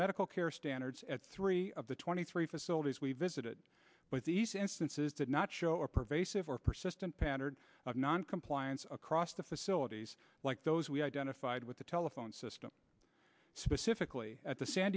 medical care standards at three of the twenty three facilities we visited with these instances did not show a pervasive or persistent pattern of noncompliance across the facilities like those we identified with the telephone system specifically at the san